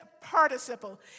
participle